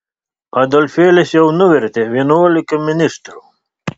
adolfėlis jau nuvertė vienuolika ministrų